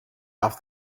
off